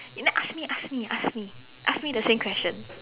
you know ask me ask me ask me ask me the same question